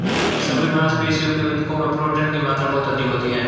सभी मांसपेशियों के ऊतकों में प्रोटीन की मात्रा बहुत अधिक होती है